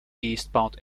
eastbound